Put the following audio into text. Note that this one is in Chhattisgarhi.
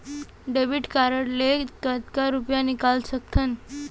डेबिट कारड ले कतका रुपिया निकाल सकथन?